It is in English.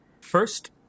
first